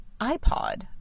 iPod